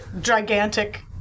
gigantic